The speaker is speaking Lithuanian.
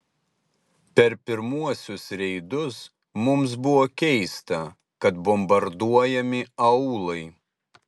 per pirmuosius reidus mums buvo keista kad bombarduojami aūlai